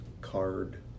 card